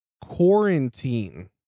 quarantine